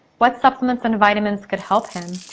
what supplements and vitamins could help him?